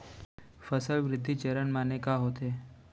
फसल वृद्धि चरण माने का होथे?